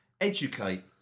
educate